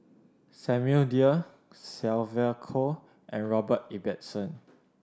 Samuel Dyer Sylvia Kho and Robert Ibbetson